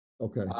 Okay